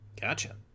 gotcha